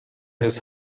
his